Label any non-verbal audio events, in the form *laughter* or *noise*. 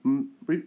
mm *noise*